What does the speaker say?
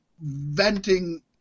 venting